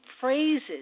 phrases